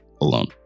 alone